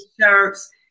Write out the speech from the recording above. shirts